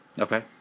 Okay